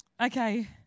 Okay